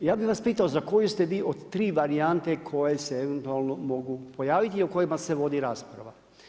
Ja bi vas pitao, za koju ste vi od 3 varijante koje se eventualno mogu pojaviti i o kojima se vodi rasprava.